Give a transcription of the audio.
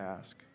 ask